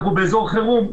אנחנו באזור חירום,